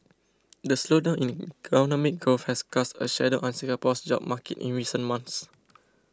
the slowdown in economic growth has cast a shadow on Singapore's job market in recent months